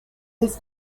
his